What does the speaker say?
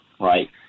right